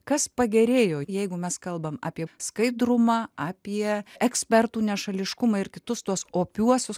kas pagerėjo jeigu mes kalbam apie skaidrumą apie ekspertų nešališkumą ir kitus tuos opiuosius